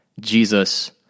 Jesus